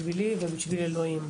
בשבילי ובשביל אלוהים.